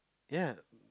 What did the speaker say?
ya